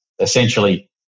essentially